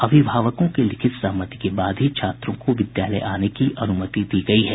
अभिभावकों की लिखित सहमति के बाद ही छात्रों को विद्यालय आने की अनुमति दी गयी है